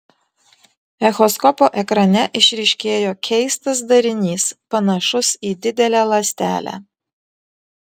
echoskopo ekrane išryškėjo keistas darinys panašus į didelę ląstelę